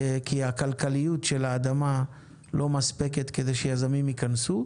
כי הכלכליות של האדמה לא מספקת כדי שיזמים ייכנסו,